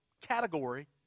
category